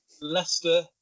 Leicester